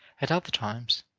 at other times,